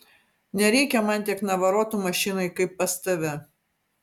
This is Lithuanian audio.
nereikia man tiek navarotų mašinoj kaip pas tave